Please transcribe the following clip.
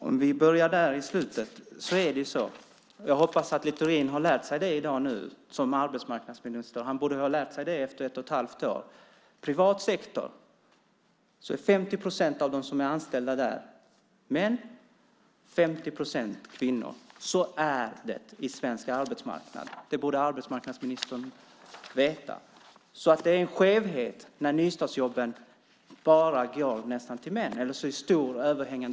Fru talman! Jag kan börja i slutet. Jag hoppas att Littorin som arbetsmarknadsminister har lärt sig det här i dag - han borde ha lärt sig det efter ett och ett halvt år. I privat sektor är 50 procent av dem som är anställda män och 50 procent kvinnor. Så är det på svensk arbetsmarknad. Det borde arbetsmarknadsministern veta. Det är en skevhet när en så övervägande del av nystartsjobben går till män. Nu kommer lektion två.